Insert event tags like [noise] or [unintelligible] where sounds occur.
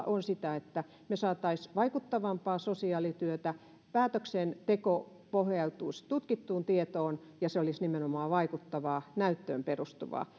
[unintelligible] on se että me saisimme vaikuttavampaa sosiaalityötä päätöksenteko pohjautuisi tutkittuun tietoon ja se olisi nimenomaan vaikuttavaa ja näyttöön perustuvaa [unintelligible]